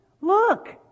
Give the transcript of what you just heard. look